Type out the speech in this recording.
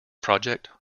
project